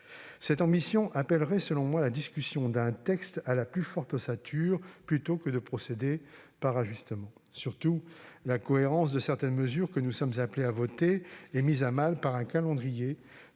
Cette ambition appellerait, selon moi, la discussion d'un texte à l'ossature plus forte, plutôt que procédant à des ajustements. Surtout, la cohérence de certaines mesures que nous sommes appelés à examiner est mise à mal par le calendrier